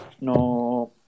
No